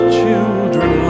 children